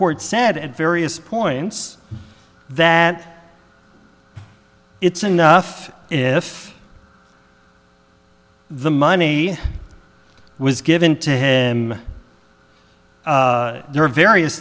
court said at various points that it's enough if the money was given to head them there are various